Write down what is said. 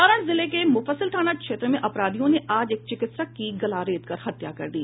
सारण जिले के मुफस्सिल थाना क्षेत्र में अपराधियों ने आज एक चिकित्सक की गला रेतकर हत्या कर दी